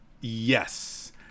Yes